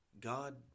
God